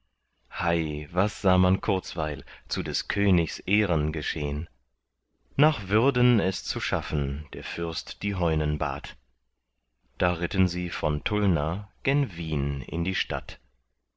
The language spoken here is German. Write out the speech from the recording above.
hei was sah man kurzweil zu des königs ehren geschehn nach würden es zu schaffen der fürst die heunen bat da ritten sie von tulna gen wien in die stadt